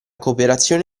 cooperazione